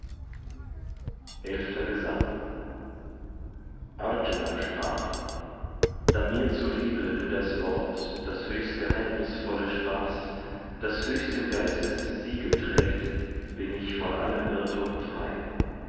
elfter gesang arjuna sprach da mir zu liebe du das wort das höchst geheimnisvolle sprachst das höchsten geistes siegel trägt bin ich von allem irrtum frei